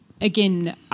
again